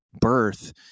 birth